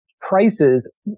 prices